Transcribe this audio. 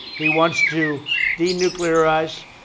he wants to denuclearize.